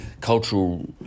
cultural